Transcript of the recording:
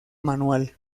manual